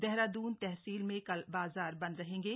देहरादून तहसील में कल बाजार बंद रहेंगे